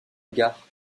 gare